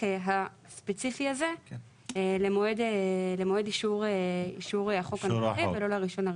הספציפי הזה למועד אישור החוק הנוכחי ולא ל-1.1.